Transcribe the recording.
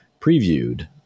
previewed